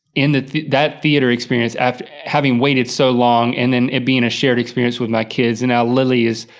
and that that theater experience after having waited so long and then it being a shared experience with my kids and now lily is,